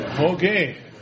Okay